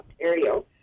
Ontario